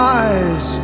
eyes